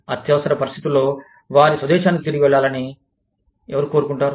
అత్యవసర పరిస్థితుల్లో వారి స్వదేశానికి తిరిగి వెళ్లాలని ఎవరు కోరుకుంటారు